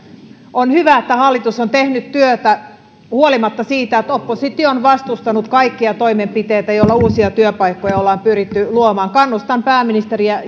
on hyvä että hallitus on tehnyt työtä huolimatta siitä että oppositio on vastustanut kaikkia toimenpiteitä joilla uusia työpaikkoja ollaan pyritty luomaan kannustan pääministeriä